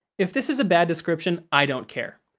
if this is a bad description, i don't care.